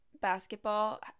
basketball